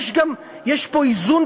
יש פה גם איזון,